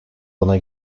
ona